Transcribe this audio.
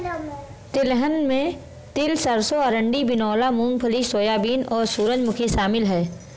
तिलहन में तिल सरसों अरंडी बिनौला मूँगफली सोयाबीन और सूरजमुखी शामिल है